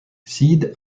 sid